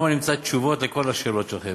שם נמצא תשובות על כל השאלות שלכם.